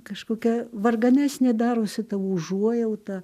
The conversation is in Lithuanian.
kažkokia varganesnė darosi tavo užuojauta